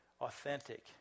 authentic